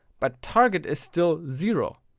but target is still zero.